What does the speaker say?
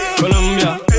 Colombia